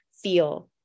feel